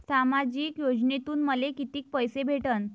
सामाजिक योजनेतून मले कितीक पैसे भेटन?